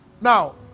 Now